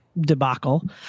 debacle